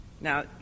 Now